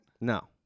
no